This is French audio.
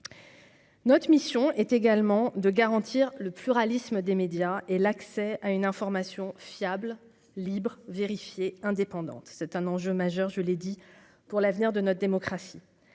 Notre mission est également de garantir le pluralisme des médias et l'accès à une information fiable, libre vérifier indépendante, c'est un enjeu majeur, je l'ai dit, pour l'avenir de notre démocratie